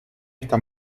esta